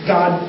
God